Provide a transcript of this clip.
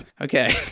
Okay